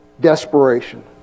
desperation